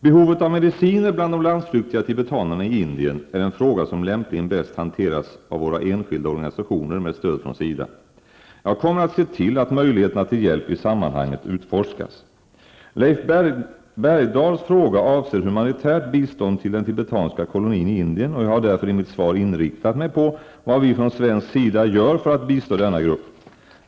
Behovet av mediciner bland de landsflyktiga tibetanerna i Indien är en fråga som lämpligen bäst hanteras av våra enskilda organisationer med stöd från SIDA. Jag kommer att se till att möjligheterna till hjälp i sammanhanget utforskas. Leif Bergdahls fråga avser humanitärt bistånd till den tibetanska kolonin i Indien, och jag har därför i mitt svar inriktat mig på vad vi från svensk sida gör för att bistå denna grupp.